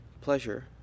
pleasure